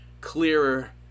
clearer